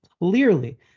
clearly